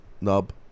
nub